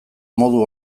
modu